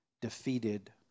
defeated